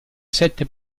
sette